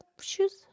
shoes